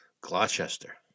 Gloucester